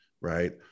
Right